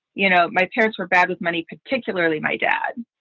you know, my parents were bad with money, particularly my dad.